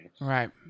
Right